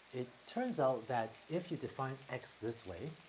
it turns out that if you define x this way,